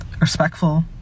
respectful